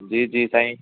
जी जी साईं